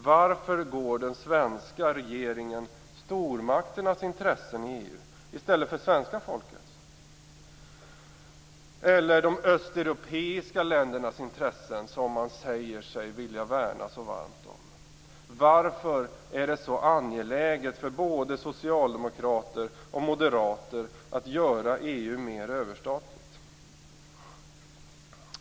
Varför går den svenska regeringen stormakternas intressen i EU till mötes i stället för svenska folkets eller de östeuropeiska ländernas intressen, som man säger sig vilja värna så varmt om? Varför är det så angeläget för både socialdemokrater och moderater att göra EU mer överstatligt?